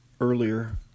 earlier